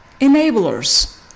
Enablers